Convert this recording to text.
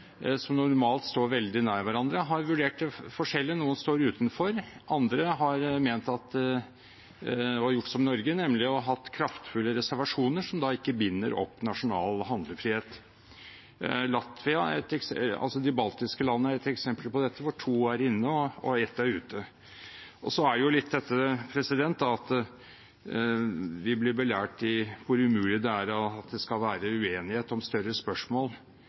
som normalt står veldig nær hverandre, har vurdert det forskjellig. Noen står utenfor, andre har ment og gjort som Norge, nemlig hatt kraftfulle reservasjoner, som ikke binder opp nasjonal handlefrihet. De baltiske landene er et eksempel på dette, hvorav to er inne og ett er ute. Så er det jo litt dette at vi blir belært i hvor umulig det er at det skal være uenighet om større spørsmål.